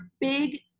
big